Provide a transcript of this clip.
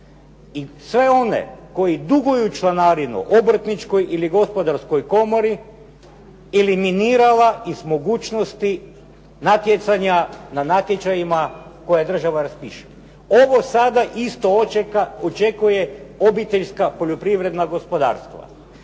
sve one koji duguju članarinu obrtničkoj ili gospodarskoj komori ili minirala i s mogućnosti natjecanja na natječajima koje država raspiše. Ovo sada isto očekuje obiteljska poljoprivredna gospodarstva.